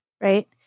right